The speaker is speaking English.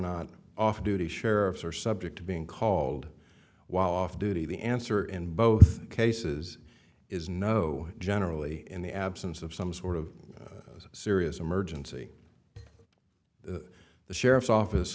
not off duty sheriffs are subject to being called while off duty the answer in both cases is no generally in the absence of some sort of serious emergency the the sheriff's office